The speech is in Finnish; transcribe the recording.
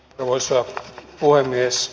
arvoisa puhemies